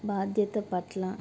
బాధ్యత పట్ల